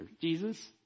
Jesus